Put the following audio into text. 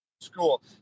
school